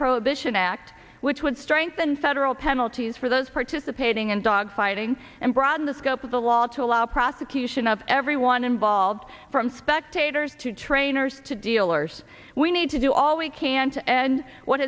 prohibition act which would strengthen federal penalties for those participating in dogfighting and broaden the scope of the law to allow prosecution of everyone involved from spectators to trainers to dealers we need to do all we can to end what